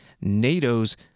NATO's